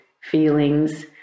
feelings